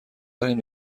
داریم